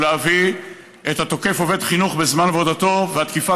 ולהביא את התוקף עובד חינוך בזמן עבודתו והתקיפה